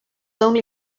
only